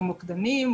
או מוקדנים,